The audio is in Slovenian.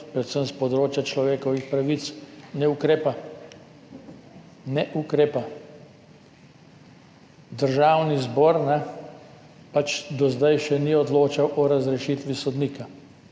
predvsem s področja človekovih pravic, ne ukrepa. Ne ukrepa. Državni zbor pač do zdaj še ni odločal o razrešitvi sodnika.